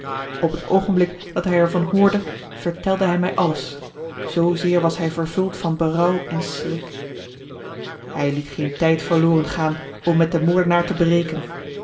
op het oogenblik dat hij er van hoorde vertelde hij mij alles zoozeer was hij vervuld van berouw en schrik hij liet geen tijd verloren gaan om met den moordenaar te breken